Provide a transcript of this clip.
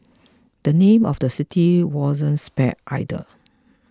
the name of the city wasn't spared either